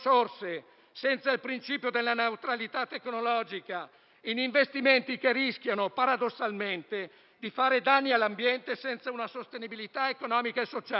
senza il principio della neutralità tecnologica, in investimenti che rischiano paradossalmente di fare danni all'ambiente senza una sostenibilità economica e sociale.